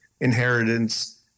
inheritance